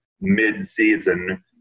mid-season